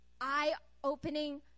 eye-opening